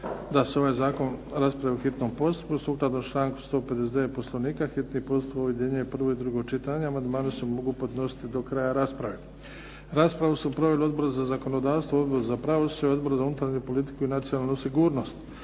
da se ovaj zakon raspravi u hitnom postupku. Sukladno članku 159. Poslovnika hitni postupak ujedinjuje prvo i drugo čitanje. Amandmani se mogu podnositi do kraja rasprave. Raspravu su proveli Odbor za zakonodavstvo, Odbor za pravosuđe, Odbor za unutarnju politiku i nacionalnu sigurnost.